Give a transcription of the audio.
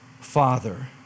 father